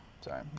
Sorry